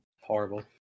horrible